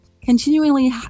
continually